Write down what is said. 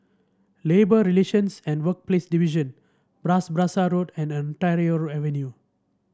Labour Relations and Workplaces Division Bras Basah Road and Ontario Avenue